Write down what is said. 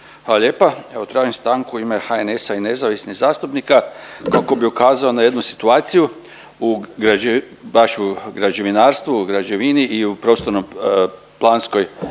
Hvala lijepa. Tražim stanku u ime HNS-a i nezavisnih zastupnika kako bih ukazao na jednu situaciju u .../nerazumljivo/... baš u građevinarstvu, u građevini i u prostorno-planskoj